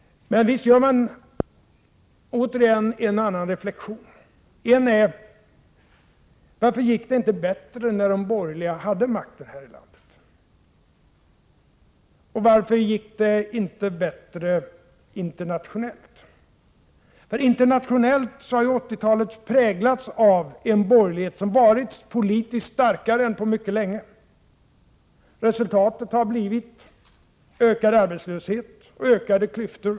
Visst gör man återigen en och annan reflexion. En reflexion är denna: Varför gick det inte bättre när de borgerliga hade makten här i landet, och varför gick det inte bättre internationellt? Internationellt har ju 1980-talet präglats av en borgerlighet som har varit politiskt starkare än på mycket länge. Resultatet har blivit ökad arbetslöshet och ökade klyftor.